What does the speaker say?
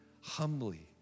humbly